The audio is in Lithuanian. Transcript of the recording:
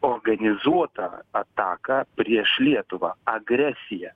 organizuotą ataką prieš lietuvą agresiją